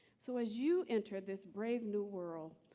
so as you enter this brave new world,